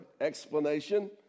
explanation